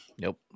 Nope